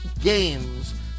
games